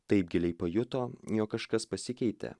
taip giliai pajuto jog kažkas pasikeitė